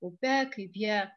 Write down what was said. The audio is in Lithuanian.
upe kaip jie